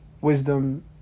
Wisdom